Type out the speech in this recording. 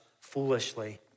foolishly